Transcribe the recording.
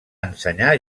ensenyar